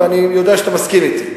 ואני יודע שאתה מסכים אתי.